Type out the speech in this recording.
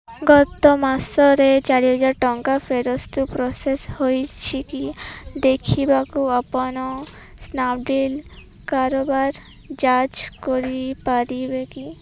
ଗତ ମାସରେ ଚାରିହଜାର ଟଙ୍କାର ଫେରସ୍ତ ପ୍ରୋସେସ୍ ହୋଇଛି କି ଦେଖିବାକୁ ଆପଣ ସ୍ନାପ୍ ଡ଼ିଲ୍ କାରବାର ଯାଞ୍ଚ କରିପାରିବେ କି